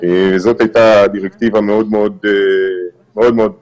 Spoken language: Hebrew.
זאת הייתה דירקטיבה מאוד מאוד ברורה.